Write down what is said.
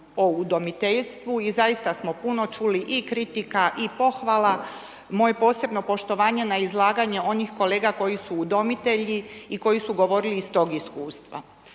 o udomiteljstvu i zaista smo puno čuli i kritika i pohvala. Moje posebno poštovanje na izlaganje onih kolega koji su udomitelji i koji su govorili iz tog iskustva.